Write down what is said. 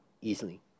easily